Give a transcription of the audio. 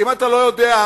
אם אתה לא יודע,